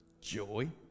joy